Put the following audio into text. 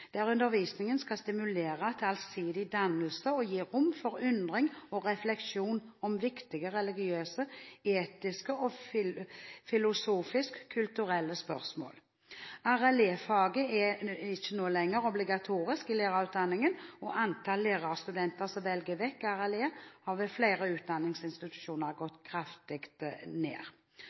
der undervisningen skal stimulere til allsidig dannelse og gi rom for undring og refleksjon om viktige religiøse, etiske og filosofiske/kulturelle spørsmål. RLE-faget er ikke lenger obligatorisk i lærerutdanningen, og antallet lærerstudenter som velger RLE, har ved flere utdanningsinstitusjoner gått kraftig ned.